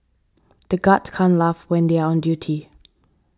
the guards can't laugh when they are on duty